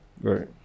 right